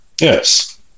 Yes